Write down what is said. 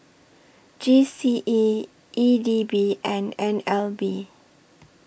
G C E E D B and N L B